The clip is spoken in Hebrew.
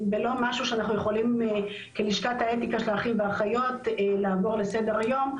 משהו שאנחנו יכולים כלשכת האתיקה של האחים והאחיות לעבור לסדר היום,